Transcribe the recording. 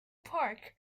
park